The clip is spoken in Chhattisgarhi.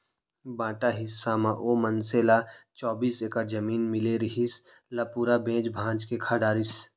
बांटा हिस्सा म ओ मनसे ल चौबीस एकड़ जमीन मिले रिहिस, ल पूरा बेंच भांज के खा डरिस